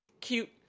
cute